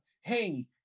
Hey